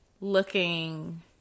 looking